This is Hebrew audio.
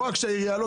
לא רק שהעירייה לא,